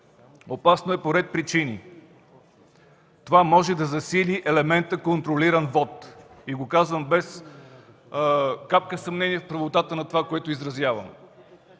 Опасно е по ред причини – това може да засили елемента контролиран вот. Казвам го без капка съмнение в правотата на това, което изразявам.